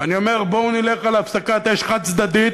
ואני אומר, בואו נלך על הפסקת אש חד-צדדית.